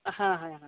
হ্যাঁ হ্যাঁ হ্যাঁ